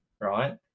Right